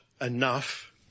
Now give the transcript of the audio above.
enough